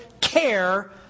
care